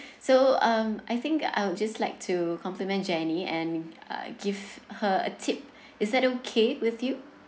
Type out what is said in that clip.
so um I think I would just like to compliment jenny and uh give her a tip is that okay with you